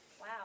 wow